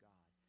God